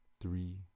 three